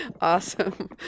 Awesome